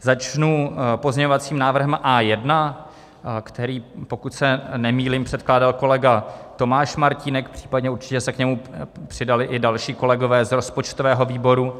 Začnu pozměňovacím návrhem A1, který, pokud se nemýlím, předkládal kolega Tomáš Martínek, případně určitě se k němu přidali i další kolegové z rozpočtového výboru.